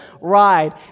ride